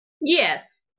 Yes